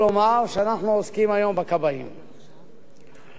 והכבאים, היום, שקיבלו את ההגדרה הראויה להם,